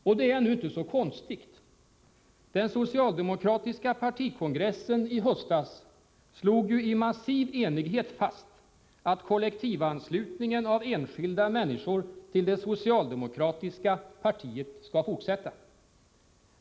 Och det är inte så konstigt. Den socialdemokratiska partikongressen i höstas slog i massiv enighet fast att kollektivanslutningen av enskilda människor till det socialdemokratiska partiet skall fortsätta.